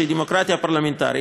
שהיא דמוקרטיה פרלמנטרית,